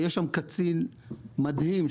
יש שם קצין מדהים,